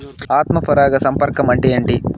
ఆత్మ పరాగ సంపర్కం అంటే ఏంటి?